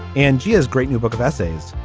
and gives great new book of essays.